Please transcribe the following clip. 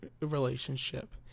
relationship